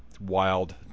wild